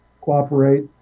cooperate